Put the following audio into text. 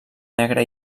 negre